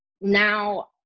now